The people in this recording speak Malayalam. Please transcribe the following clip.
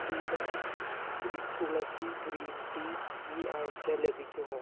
ഡിബ ഗ്രി തുളസി ഗ്രീൻ ടീ ഈ ആഴ്ച ലഭിക്കുമോ